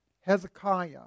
Hezekiah